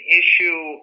issue